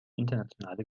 internationale